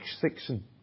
section